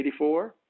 1984